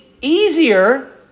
easier